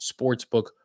sportsbook